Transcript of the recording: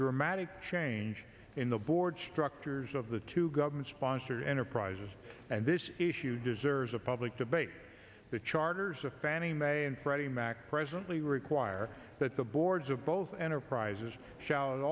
dramatic change in the board structures of the two government sponsored enterprises and this issue deserves a public debate the charters of fannie mae and freddie mac presently require that the boards of both enterprises sh